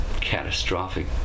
catastrophic